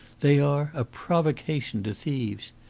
they are a provocation to thieves.